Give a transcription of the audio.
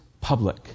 public